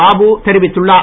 பாபு தெரிவித்துள்ளார்